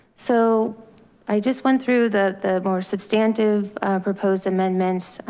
so i just went through the the more substantive proposed amendments.